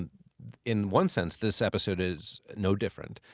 in one sense, this episode is no different.